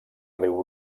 riu